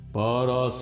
para